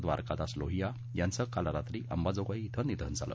द्वारकादास लोहिया यांचं काल रात्री अंबाजोगाई इथं निधन झालं